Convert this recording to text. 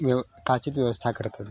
व्यव् काचित् व्यवस्था कर्तव्यम्